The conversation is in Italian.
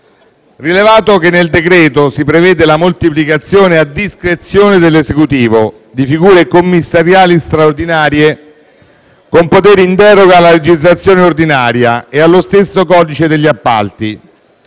rileviamo che nel decreto-legge si prevede la moltiplicazione, a discrezione dell'Esecutivo, di figure commissariali straordinarie con poteri in deroga alla legislazione ordinaria e allo stesso codice degli appalti.